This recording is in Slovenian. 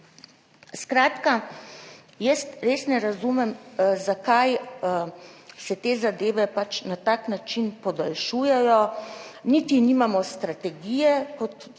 Skratka, jaz res ne razumem, zakaj se te zadeve pač na tak način podaljšujejo, niti nimamo strategije, kot če